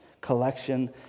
collection